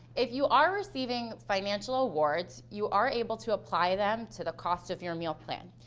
if you are receiving financial awards, you are able to apply them to the cost of your meal plan.